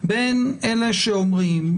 בין אלה שאומרים,